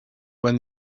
when